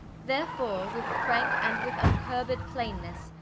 therefore with franke and with vncurbed plainnesse,